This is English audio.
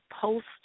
post